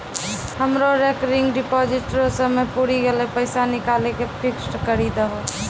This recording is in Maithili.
हमरो रेकरिंग डिपॉजिट रो समय पुरी गेलै पैसा निकालि के फिक्स्ड करी दहो